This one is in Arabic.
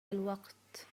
الوقت